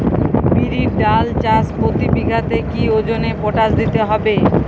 বিরির ডাল চাষ প্রতি বিঘাতে কি ওজনে পটাশ দিতে হবে?